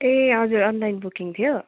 ए हजुर online booking थियो